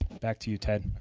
back to you, ted.